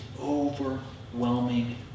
overwhelming